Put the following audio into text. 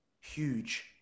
huge